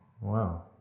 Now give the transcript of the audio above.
Wow